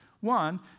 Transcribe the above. One